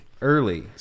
Early